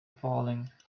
falling